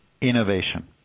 innovation